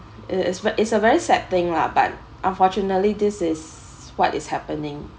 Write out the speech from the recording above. is is is a very sad thing lah but unfortunately this is what is happening